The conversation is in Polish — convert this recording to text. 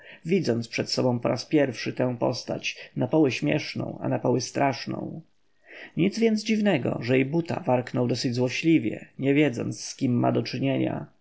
widząc przed sobą po raz pierwszy tę postać na poły śmieszną a na poły straszną nic więc dziwnego że i buta warknął dosyć złośliwie nie wiedząc z kim ma do czynienia